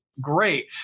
Great